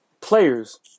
players